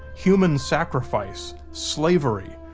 human sacrifice, slavery,